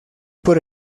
por